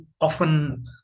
often